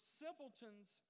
simpletons